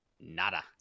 nada